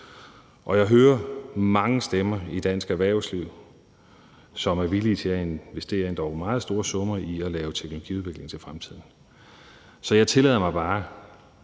Og jeg hører mange stemmer i dansk erhvervsliv, som er villige til at investere endog meget store summer i at lave teknologiudvikling til fremtiden. Så jeg tillader mig bare